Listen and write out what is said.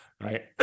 right